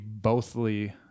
bothly